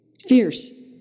Fierce